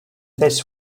this